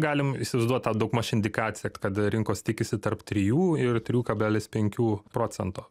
galim įsivaizduot tą daugmaž indikaciją kad rinkos tikisi tarp trijų ir trijų kablelis penkių procento